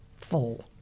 full